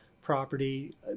property